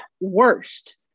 worst